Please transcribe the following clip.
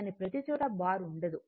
కానీ ప్రతిచోటా బార్ ఉండదు